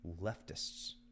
leftists